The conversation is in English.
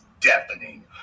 Deafening